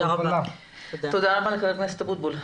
תודה רבה ח"כ אבוטבול.